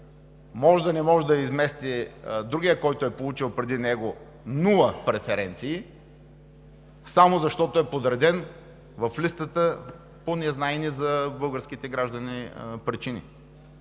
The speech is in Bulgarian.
може да не може да измести другия, който е получил преди него нула преференции само защото е подреден в листата по незнайни за българските граждани причини.